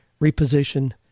reposition